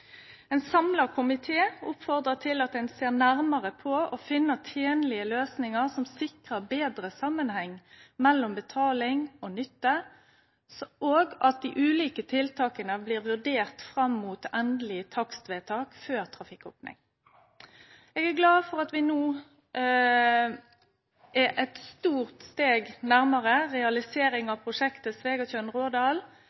Ein samla komité oppfordrar til at ein ser nærmare på å finne tenlege løysingar som sikrar ein betre samanheng mellom betaling og nytte, og at dei ulike tiltaka blir vurderte fram mot endeleg takstvedtak før trafikkopning. Eg er glad for at vi no er eit stort steg nærmare realisering